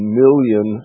million